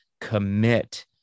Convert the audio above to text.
commit